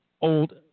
old